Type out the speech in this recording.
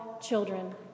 children